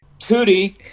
tootie